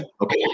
okay